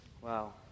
Wow